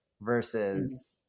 versus